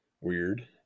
Weird